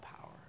power